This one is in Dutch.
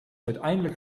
uiteindelijk